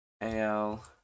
Al